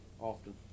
often